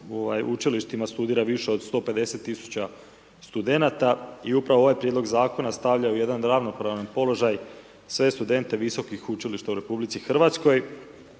učilištima studira više od 150 tisuća studenata i upravo ovaj prijedlog zakona, stavlja u jedan ravnopravan položaj sve studente visokih učilišta u RH.